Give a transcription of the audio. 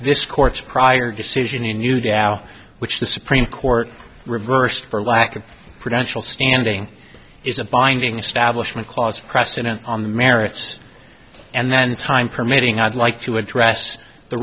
this court's prior decision in new gal which the supreme court reversed for lack of credential standing is a finding establishment clause precedent on the merits and then time permitting i'd like to address the